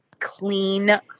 clean